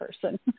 person